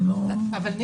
אני